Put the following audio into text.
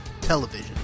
television